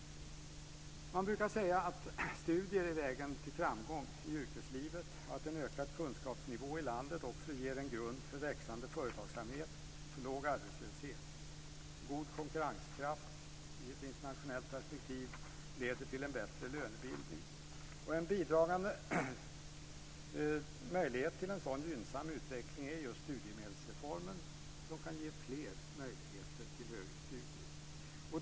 Man brukar säga att studier är vägen till framgång i yrkeslivet och att en höjd kunskapsnivå i landet också ger en grund för växande företagsamhet och för en låg arbetslöshet. God konkurrenskraft i ett internationellt perspektiv leder till en bättre lönebildning. En bidragande möjlighet till en sådan gynnsam utveckling är just studiemedelsreformen, som kan ge fler möjligheter till högre studier.